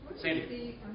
Sandy